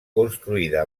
construïda